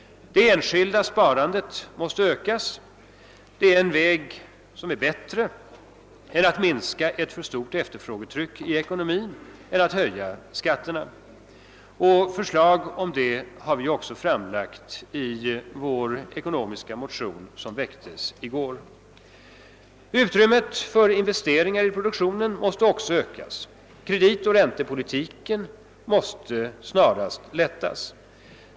Det enskilda sparandet måste ökas. Det är en bättre väg att minska ett för högt efterfrågetryck i ekonomin än vad det är att höja skatterna. Ett sådant förslag har vi också framlagt i vår cekonomimotion, som Utrymmet för investeringar i produktionen måste också ökas. Kreditoch räntepolitiken bör snarast lättas.